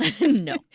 No